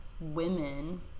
women